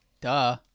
Duh